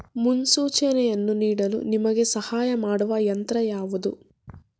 ಮುನ್ಸೂಚನೆಯನ್ನು ನೀಡಲು ನಿಮಗೆ ಸಹಾಯ ಮಾಡುವ ಯಂತ್ರ ಯಾವುದು?